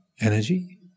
energy